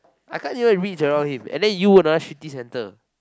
I can't even reach around him and then you another shitty center